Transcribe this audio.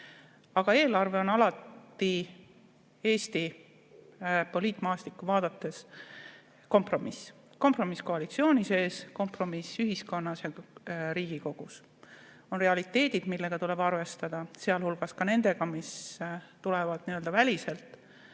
Aga eelarve on Eesti poliitmaastikku vaadates alati kompromiss – kompromiss koalitsiooni sees, kompromiss ühiskonnas ja Riigikogus. On realiteedid, millega tuleb arvestada, sealhulgas need, mis tulevad nii-öelda väliselt: